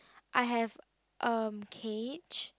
I have a cage